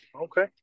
Okay